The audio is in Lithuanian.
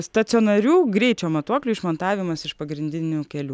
stacionarių greičio matuoklių išmontavimas iš pagrindinių kelių